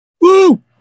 Woo